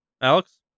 Alex